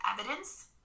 evidence